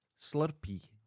Slurpee